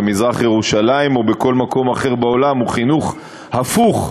ובמזרח-ירושלים ובכל מקום אחר בעולם הוא חינוך הפוך,